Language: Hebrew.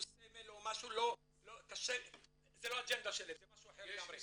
לא האג'נדה שלהם, זה משהו אחר לגמרי.